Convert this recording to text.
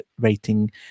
rating